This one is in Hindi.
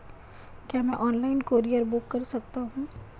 क्या मैं ऑनलाइन कूरियर बुक कर सकता हूँ?